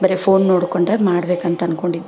ಬರೀ ಫೋನ್ ನೋಡ್ಕೊಂಡು ಮಾಡ್ಬೇಕಂತ ಅಂದ್ಕೊಂಡಿದ್ದೆ